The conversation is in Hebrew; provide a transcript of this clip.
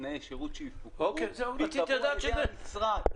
ובתנאי שירות שיפוקחו וייקבעו על ידי המשרד.